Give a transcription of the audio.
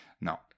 no